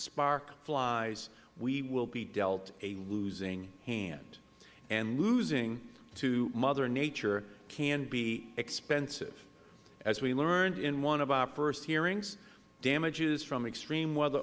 spark flies we will be dealt a losing hand and losing to mother nature can be expensive as we learned in one of our first hearings damages from extreme weather